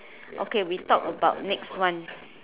okay we talk about next one